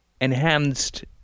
enhanced